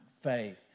faith